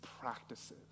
practices